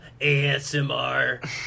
ASMR